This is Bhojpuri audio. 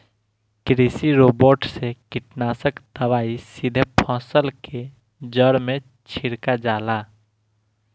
कृषि रोबोट से कीटनाशक दवाई सीधे फसल के जड़ में छिड़का जाला